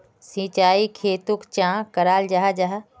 सिंचाई खेतोक चाँ कराल जाहा जाहा?